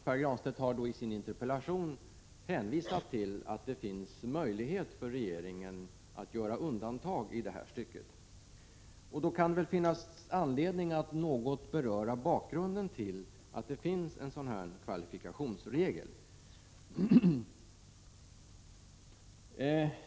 Pär Granstedt hänvisar i sin interpellation till att det finns möjlighet för regeringen att göra undantag i detta avseende. Det kan finnas anledning att något beröra bakgrunden till att det finns en sådan här kvalifikationsregel.